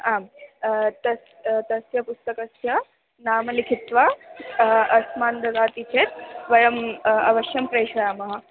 आं तस्य तस्य पुस्तकस्य नाम लिखित्वा अस्मान् ददाति चेत् वयम् अवश्यं प्रेषयामः